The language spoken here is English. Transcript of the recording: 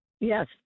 Yes